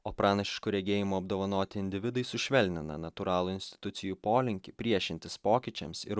o pranašišku regėjimu apdovanoti individai sušvelnina natūralų institucijų polinkį priešintis pokyčiams ir